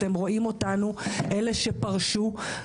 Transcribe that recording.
אתם רואים אותנו אלה שפרשו,